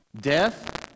Death